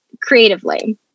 creatively